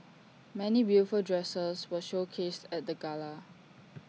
many beautiful dresses were showcased at the gala